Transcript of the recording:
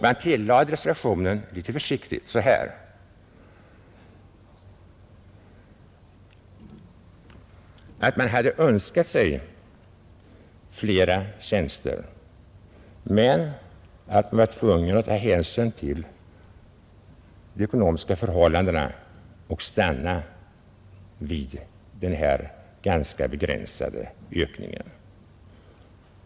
Man tillade i reservationen litet försiktigt att man hade önskat sig fler tjänster men att man var tvungen att ta hänsyn till de ekonomiska förhållandena och stanna vid denna ganska begränsade ökning.